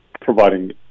providing